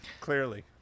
Clearly